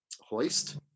Hoist